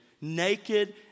naked